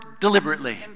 deliberately